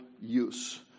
use